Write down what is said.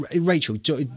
Rachel